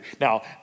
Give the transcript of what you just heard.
Now